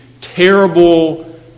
terrible